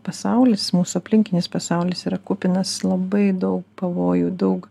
pasaulis mūsų aplinkinis pasaulis yra kupinas labai daug pavojų daug